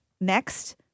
next